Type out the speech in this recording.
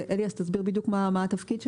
אליאס, תסביר בדיוק מה התפקיד שלו.